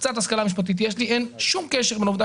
קצת השכלה משפטית יש לי - אין שום קשר בין העובדה